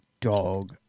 dog